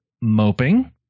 moping